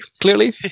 clearly